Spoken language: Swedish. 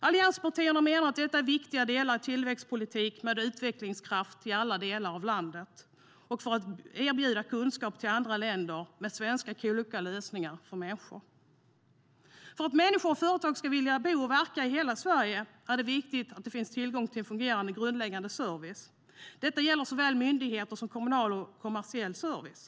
Allianspartierna menar att detta är viktiga delar i tillväxtpolitik med utvecklingskraft i alla delar av landet och i att erbjuda kunskap till andra länder med svenska kloka lösningar för människor. För att människor och företag ska vilja bo och verka i hela Sverige är det viktigt att det finns tillgång till fungerande grundläggande service. Detta gäller såväl myndigheter som kommunal och kommersiell service.